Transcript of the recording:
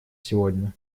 сегодня